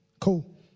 cool